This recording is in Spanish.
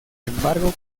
embargo